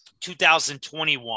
2021